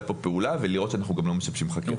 פעולה וכדי לוודא שאנחנו לא משבשים חקירה.